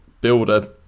builder